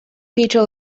peter